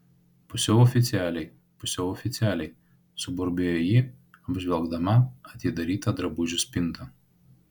pusiau oficialiai pusiau oficialiai suburbėjo ji apžvelgdama atidarytą drabužių spintą